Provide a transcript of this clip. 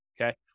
Okay